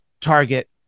target